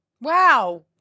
Wow